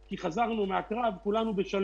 כי כולנו חזרנו מהקרב בשלום.